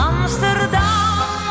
Amsterdam